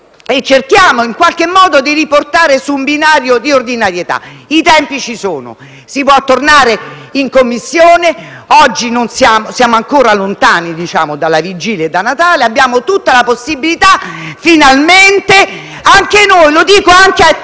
Cerchiamo, in qualche modo, di riportare i lavori su un binario di ordinarietà. I tempi ci sono. Si può tornare in Commissione. Siamo ancora lontani dalla vigilia e da Natale. Abbiamo tutta la possibilità, finalmente, di farlo. E lo dico anche a